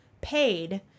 paid